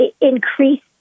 increase